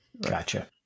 Gotcha